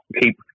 keep